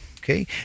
Okay